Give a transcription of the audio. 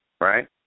right